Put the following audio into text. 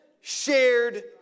shared